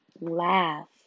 laugh